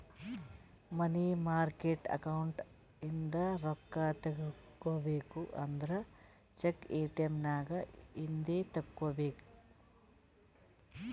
ಮನಿ market account ಇಂದ ರೊಕ್ಕಾ ತಗೋಬೇಕು ಅಂದುರ್ ಚೆಕ್, ಎ.ಟಿ.ಎಮ್ ನಾಗ್ ಇಂದೆ ತೆಕ್ಕೋಬೇಕ್